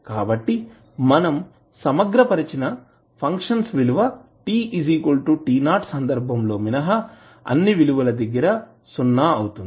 కాబట్టి మనం సమగ్ర పరిచిన ఫంక్షన్స్ విలువ t t 0 సందర్భం లో మినహా అన్ని విలువల దగ్గర సున్నా అవుతుంది